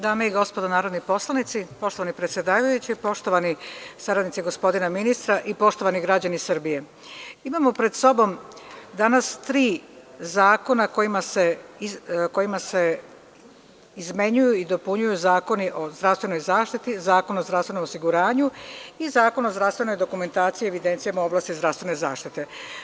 Dame i gospodo narodni poslanici, poštovani predsedavajući, poštovani saradnici gospodina ministra i poštovani građani Srbije, imamo pred sobom danas tri zakona kojima se izmenjuju i dopunjuju Zakon o zdravstvenoj zaštiti, Zakon o zdravstvenom osiguranju i Zakon o zdravstvenoj dokumentaciji, evidencijama i oblasti zdravstvene zaštite.